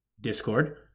Discord